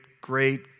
great